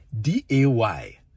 d-a-y